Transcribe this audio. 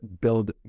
build